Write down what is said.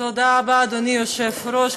תודה רבה, אדוני היושב-ראש.